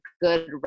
good